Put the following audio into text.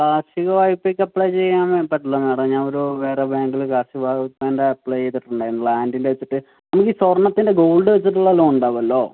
കാർഷിക വായ്പക്ക് അപ്ലൈ ചെയ്യാൻ പറ്റില്ല മാഡം ഞാനൊരു വേറെ ബാങ്കിൽ കാർഷിക വായ്പ്പയിൻറെ അപ്ലൈ ചെയ്തിട്ടുണ്ടായിരുന്നു ലാന്റിൻ്റെ വച്ചിട്ട് നമുക്ക് ഈ സ്വർണ്ണത്തിൻ്റെ ഗോൾഡ് വച്ചിട്ടുള്ള ലോൺ ഉണ്ടാകുമല്ലോ